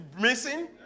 missing